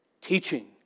Teaching